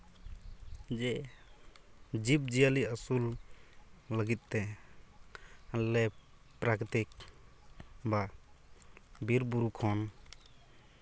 ᱡᱮ ᱡᱤᱵᱽᱼᱡᱤᱭᱟᱹᱞᱤ ᱟᱹᱥᱩᱞ ᱞᱟᱹᱜᱤᱫ ᱛᱮ ᱟᱞᱮ ᱯᱨᱟᱠᱨᱤᱛᱤᱠ ᱵᱟ ᱵᱤᱨ ᱵᱩᱨᱩ ᱠᱷᱚᱱ